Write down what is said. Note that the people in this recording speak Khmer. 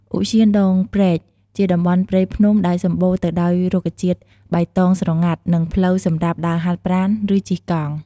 ឧទ្យានដងព្រែក ជាតំបន់ព្រៃភ្នំដែលសម្បូរទៅដោយរុក្ខជាតិបៃតងស្រងាត់ និងផ្លូវសម្រាប់ដើរហាត់ប្រាណ ឬជិះកង់។